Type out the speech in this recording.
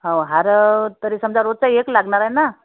हो हार तरी समजा रोजचा एक लागणार आहे ना